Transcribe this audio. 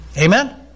Amen